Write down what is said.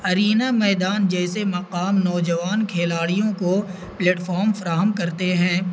arena میدان جیسے مقام نوجوان کھلاڑیوں کو پلیٹفام فراہم کرتے ہیں